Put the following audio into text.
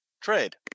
Trade